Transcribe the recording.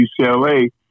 UCLA